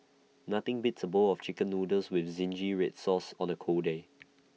nothing beats A bowl of Chicken Noodles with Zingy Red Sauce on A cold day